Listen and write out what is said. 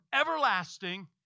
everlasting